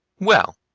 well,